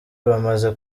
bamaze